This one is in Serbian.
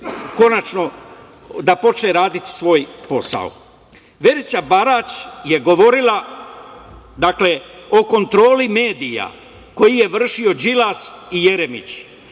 konačno da počne raditi svoj posao. Verica Barać je govorila o kontroli medija koju je vršio Đilas i Jeremić.